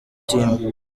team